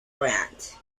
brant